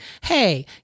Hey